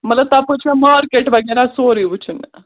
مطلب تَپٲرۍ چھا مارکیٹ وغیرہ سورُے وُچھُن